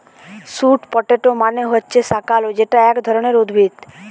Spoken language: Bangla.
স্যুট পটেটো মানে হচ্ছে শাকালু যেটা এক ধরণের উদ্ভিদ